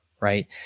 right